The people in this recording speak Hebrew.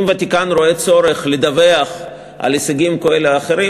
אם הוותיקן רואה צורך לדווח על הישגים כאלה או אחרים,